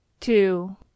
Two